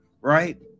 right